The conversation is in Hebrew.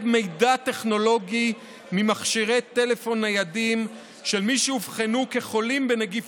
מידע טכנולוגי ממכשירי טלפון ניידים של מי שאובחנו כחולים בנגיף